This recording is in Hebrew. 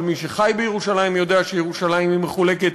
כל מי שחי בירושלים יודע שירושלים מחולקת,